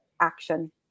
action